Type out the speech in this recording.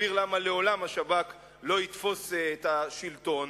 הסביר למה לעולם ה"חמאס" לא יתפוס את השלטון,